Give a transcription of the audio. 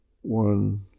one